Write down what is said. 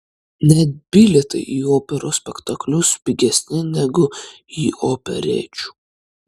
net bilietai į operos spektaklius pigesni negu į operečių